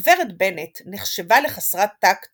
גב' בנט נחשבה לחסרת טאקט